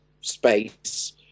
space